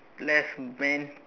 left bend